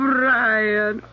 Brian